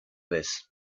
this